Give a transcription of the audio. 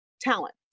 talent